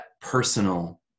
personal